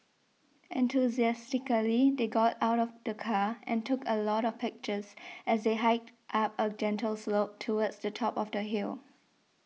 enthusiastically they got out of the car and took a lot of pictures as they hiked up a gentle slope towards the top of the hill